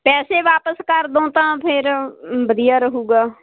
ਪੈਸੇ ਵਾਪਸ ਕਰ ਦੋ ਤਾਂ ਫਿਰ ਵਧੀਆ ਰਹੂਗਾ